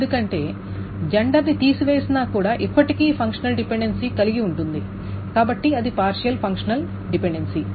ఎందుకంటే జెండర్ ని తీసివేసినా కూడా ఇప్పటికీ ఫంక్షనల్ డిపెండెన్సీ కలిగి ఉంటుంది కాబట్టి ఇది పార్షియల్ ఫంక్షనల్ డిపెండెన్సీ